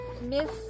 Miss